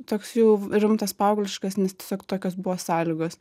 toks jau rimtas paaugliškas nes tiesiog tokios buvo sąlygos